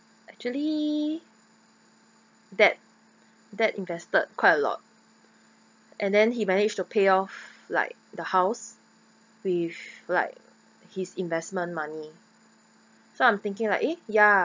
actually dad dad invested quite a lot and then he managed to pay off like the house with like his investment money so I'm thinking like eh ya